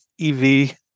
EV